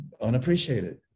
unappreciated